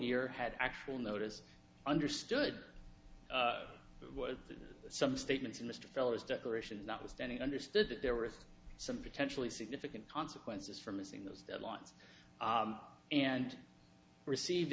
your had actual notice understood what some statements in mr feller's declarations notwithstanding i understood that there were some potentially significant consequences for missing those deadlines and received